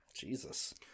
jesus